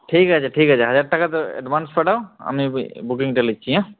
ঠিক আছে ঠিক আছে হাজার টাকা অ্যাডভান্স পাঠাও আমি বুকিংটা নিচ্ছি হ্যাঁ